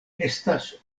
estas